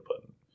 button